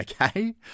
okay